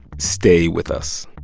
stay with us